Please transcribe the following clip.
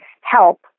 help